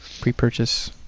Pre-purchase